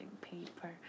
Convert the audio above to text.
paper